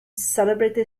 celebrity